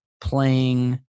playing